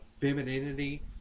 femininity